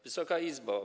Wysoka Izbo!